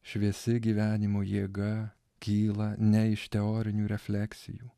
šviesi gyvenimo jėga kyla ne iš teorinių refleksijų